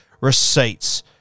receipts